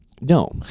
No